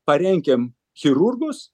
parenkim chirurgus